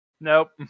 Nope